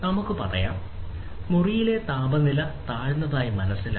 നമുക്ക് പറയാം മുറിയിൽ താപനില താഴ്ന്നതായി മനസ്സിലായി